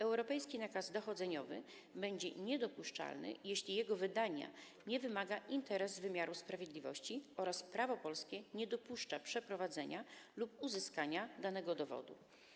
Europejski nakaz dochodzeniowy będzie niedopuszczalny, jeśli jego wydania nie wymaga interes wymiaru sprawiedliwości oraz jeśli polskie prawo nie dopuszcza przeprowadzenia lub uzyskania danego dowodu.